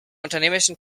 unternehmerischen